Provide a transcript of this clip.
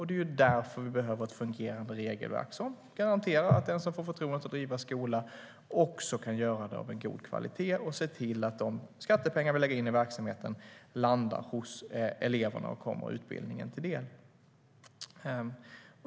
Det är därför vi behöver ett fungerande regelverk som garanterar att den som får förtroendet att driva skola också kan göra det med god kvalitet och som ser till att de skattepengar vi lägger in i verksamheten landar hos eleverna och kommer utbildningen till del.